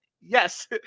yes